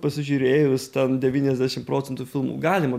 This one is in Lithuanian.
pasižiūrėjus ten devyniasdešim procentų filmų galima